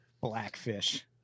Blackfish